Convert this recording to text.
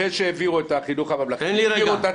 אחרי שהעבירו את החינוך הממלכתי --- מה העבירו?